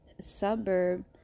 suburb